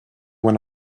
when